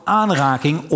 aanraking